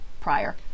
prior